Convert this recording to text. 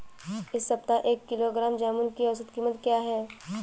इस सप्ताह एक किलोग्राम जामुन की औसत कीमत क्या है?